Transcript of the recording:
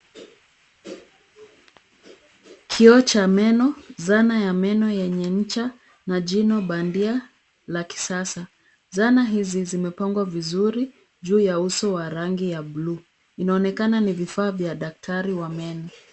Kioo cha meno, zana ya meno yenye ncha na jino bandia la kisasa. Zana hizi zimepangwa vizuri juu ya uso ya rangi ya bluu. Inaonekana ni vifaa vya daktari wa meno.